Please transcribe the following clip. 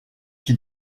qui